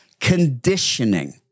Conditioning